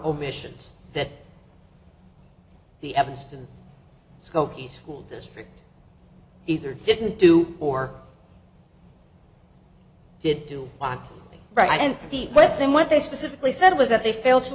omissions that the evanston skokie school district either didn't do or did do by right and what they what they specifically said was that they failed to